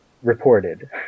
Reported